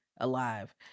alive